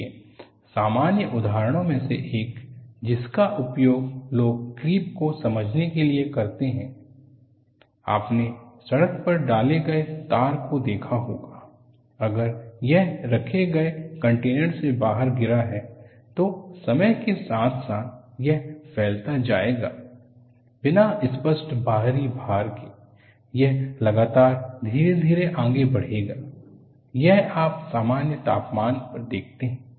देखिए सामान्य उदाहरणों में से एक जिसका उपयोग लोग क्रीप को समझाने के लिए करते हैं आपने सड़क पर डाले गए टार को देखा होगा अगर वह रखे गए कंटेनर से बाहर गिरा है तो समय के साथ साथ यह फैलता जाएगा बिना स्पष्ट बाहरी भार के यह लगातार धीरे धीरे आगे बढ़ेगा यह आप सामान्य तापमान पर देखते हैं